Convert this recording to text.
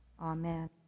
Amen